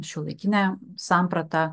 šiuolaikinė samprata